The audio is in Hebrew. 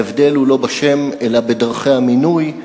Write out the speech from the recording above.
ההבדל הוא לא בשם, אלא בדרכי המינוי.